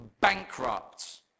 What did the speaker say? bankrupt